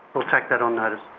we'll take that on notice.